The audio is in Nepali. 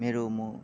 मेरो म